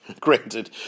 granted